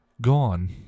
gone